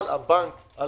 אבל על הבנק